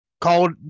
called